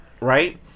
Right